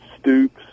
Stoops